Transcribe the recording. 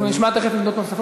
אנחנו נשמע תכף עמדות נוספות,